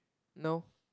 no